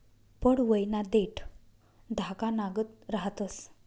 पडवयना देठं धागानागत रहातंस